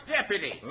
deputy